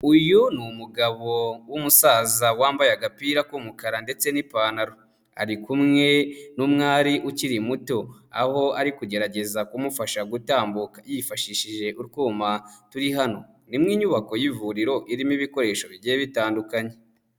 Uyu ni umugabo w'umusaza wambaye agapira k'umukara ndetse n'ipantaro, ari kumwe n'umwari ukiri muto, aho ari kugerageza kumufasha gutambuka yifashishije utwuma turi hano, ni mu nyubako y'ivuriro irimo ibikoresho bigiye bitandukanye.